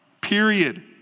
Period